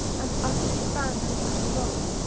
and unutterably abandoned and alone.